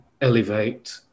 elevate